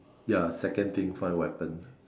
ya second thing find weapon